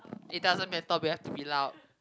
it doesn't matter we have to be loud